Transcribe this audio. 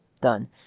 done